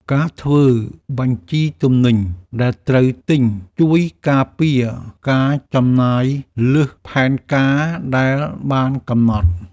ការធ្វើបញ្ជីទំនិញដែលត្រូវទិញជួយការពារការចំណាយលើសផែនការដែលបានកំណត់។